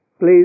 please